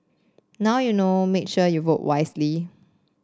now you know make sure you vote wisely